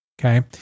Okay